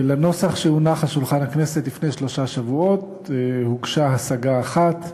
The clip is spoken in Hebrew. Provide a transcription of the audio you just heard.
על הנוסח שהונח על שולחן הכנסת לפני שלושה שבועות הוגשה השגה אחת,